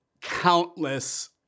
countless